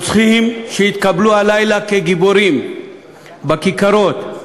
רוצחים שיתקבלו הלילה כגיבורים בכיכרות,